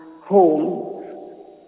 homes